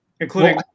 including